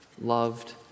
loved